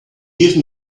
give